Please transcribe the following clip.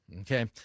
okay